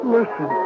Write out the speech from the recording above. Listen